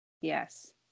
Yes